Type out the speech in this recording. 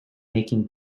making